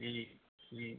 ਜੀ ਜੀ ਜੀ